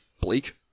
bleak